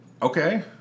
Okay